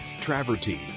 travertine